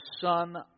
son